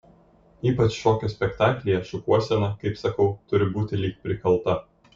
ypač šokio spektaklyje šukuosena kaip sakau turi būti lyg prikalta